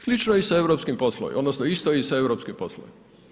Slično je i sa europskim poslovima, odnosno isto je i sa europskim poslovima.